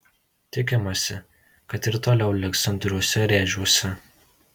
tikimasi kad ji ir toliau liks santūriuose rėžiuose